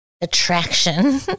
attraction